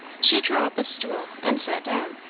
she drew up a stool and sat down.